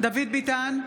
דוד ביטן,